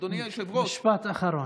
אדוני היושב-ראש, משפט אחרון.